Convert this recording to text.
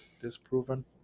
Disproven